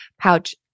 pouch